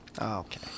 Okay